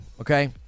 okay